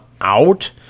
out